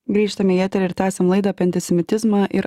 grįžtame į eterį ir tęsiam laidą apie antisemitizmą ir